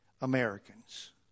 Americans